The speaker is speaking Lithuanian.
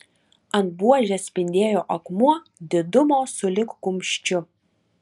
ant buožės spindėjo akmuo didumo sulig kumščiu